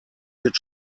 wird